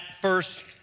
first